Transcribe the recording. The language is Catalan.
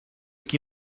qui